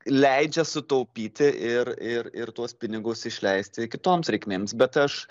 leidžia sutaupyti ir ir ir tuos pinigus išleisti kitoms reikmėms bet aš